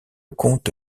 comte